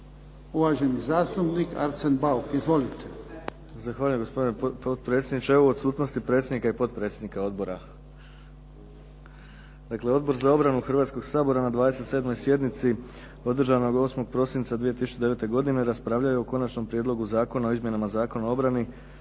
uvaženi zastupnik Arsen Bauk. Izvolite.